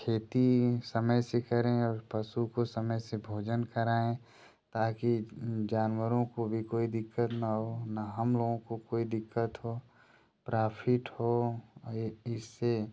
खेती समय से करें और पशु को समय से भोजन कराएँ ताकि जानवरों को भी कोई दिक्कत न हो ना हम लोगों को कोई दिक्कत हो प्राफिट हो यह इससे